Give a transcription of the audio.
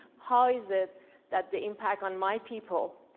how is it that the impact on my people,